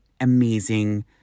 amazing